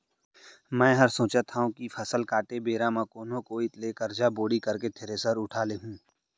मैं हर सोचत हँव कि फसल काटे बेरा म कोनो कोइत ले करजा बोड़ी करके थेरेसर उठा लेहूँ